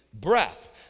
breath